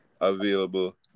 available